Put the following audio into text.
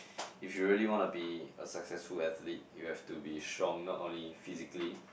if you really want to be a successful athlete you have to be strong not only physically